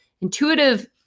intuitive